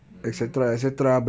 mm